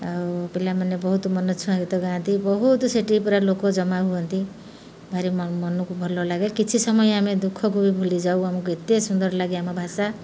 ଆଉ ପିଲାମାନେ ବହୁତ ମନ ଛୁଆଁ ଗୀତ ଗାଆନ୍ତି ବହୁତ ସେଠି ପୁରା ଲୋକ ଜମା ହୁଅନ୍ତି ଭାରି ମନକୁ ଭଲ ଲାଗେ କିଛି ସମୟ ଆମେ ଦୁଃଖକୁ ବି ଭୁଲି ଯାଉ ଆମକୁ ଏତେ ସୁନ୍ଦର ଲାଗେ ଆମ ଭାଷା